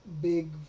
big